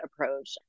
approach